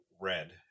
red